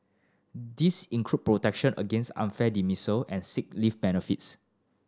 this include protection against unfair dismissal and sick leave benefits